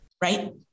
right